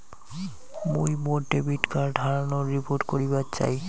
মুই মোর debit card হারানোর রিপোর্ট করিবার চাই